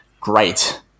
great